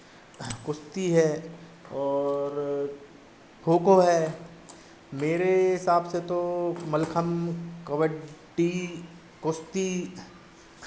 कुस्ती है और खो खो है मेरे हिसाब से तो मलखम्भ कबड्डी कुस्ती